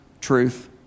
truth